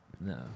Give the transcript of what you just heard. No